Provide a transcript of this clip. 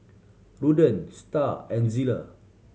Ruthann Starr and Zella